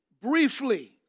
Briefly